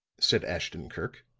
said ashton-kirk,